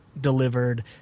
delivered